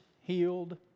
healed